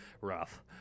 rough